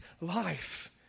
life